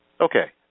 Okay